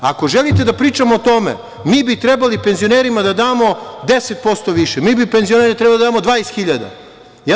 Ako želite da pričamo o tome, mi bi trebali penzionerima da damo 10% više, mi bi trebali penzionerima da damo 20 hiljada.